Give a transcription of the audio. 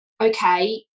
okay